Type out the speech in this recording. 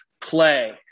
play